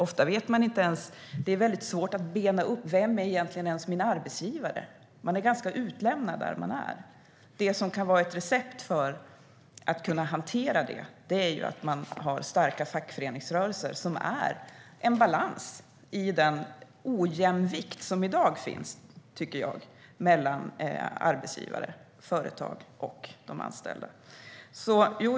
Ofta är det svårt att bena upp vem som är ens arbetsgivare, och man är ganska utlämnad. Det som kan vara ett recept för att kunna hantera det är att ha starka fackföreningsrörelser som är en balans i den ojämvikt som finns mellan företag och anställda.